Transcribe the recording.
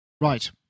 Right